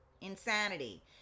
insanity